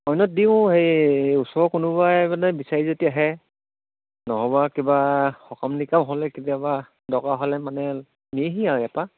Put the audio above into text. অন্যত দিওঁ হেৰি ওচৰত কোনোবাই মানে বিচাৰি যদি আহে নহ'বা কিবা সকাম নিকাম হ'লে কেতিয়াবা দৰকাৰ হ'লে মানে নিয়েহি আৰু ইয়াৰপৰা